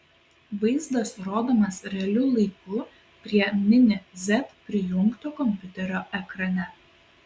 vaizdas rodomas realiu laiku prie mini z prijungto kompiuterio ekrane